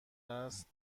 است